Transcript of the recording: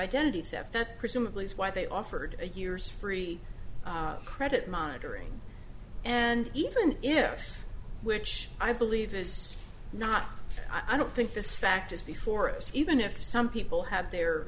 identity theft that presumably is why they offered eight years free credit monitoring and even if which i believe is not i don't think this fact is before us even if some people had their